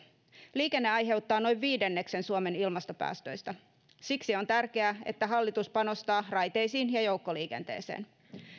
liikenne aiheuttaa noin viidenneksen suomen ilmastopäästöistä siksi on tärkeää että hallitus panostaa raiteisiin ja joukkoliikenteeseen